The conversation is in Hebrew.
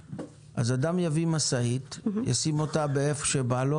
אדם יביא משאית, ישים אותה איפה שבא לו